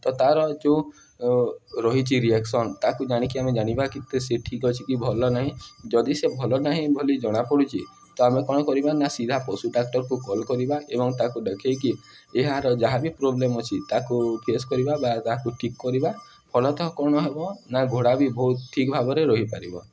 ତ ତା'ର ଯୋଉ ରହିଚି ରିଏକ୍ସନ୍ ତାକୁ ଜାଣିକି ଆମେ ଜାଣିବା କିତେ ସେ ଠିକ୍ ଅଛି କି ଭଲ ନାହିଁ ଯଦି ସେ ଭଲ ନାହିଁ ବୋଲି ଜଣାପଡ଼ୁଛିି ତ ଆମେ କ'ଣ କରିବା ନା ସିଧା ପଶୁ ଡାକ୍ଟରକୁ କଲ୍ କରିବା ଏବଂ ତାକୁ ଦେଖାଇକି ଏହାର ଯାହା ବିି ପ୍ରୋବ୍ଲେମ୍ ଅଛି ତାକୁ ଫେସ୍ କରିବା ବା ତାକୁ ଠିକ୍ କରିବା ଫଳତଃ କ'ଣ ହେବ ନା ଘୋଡ଼ା ବି ବହୁତ ଠିକ୍ ଭାବରେ ରହିପାରିବ